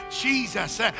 Jesus